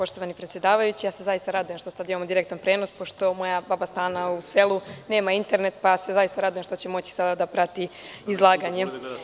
Poštovani predsedavajući, zaista se radujem što sada imamo direktan prenos, pošto moja baba Stana u selu nema internet, pa se zaista radujem što će moći sada da prati izlaganje.